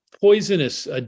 poisonous